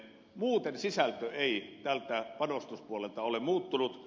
muuten sisältö ei tältä panostuspuolelta ole muuttunut